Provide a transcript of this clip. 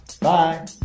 Bye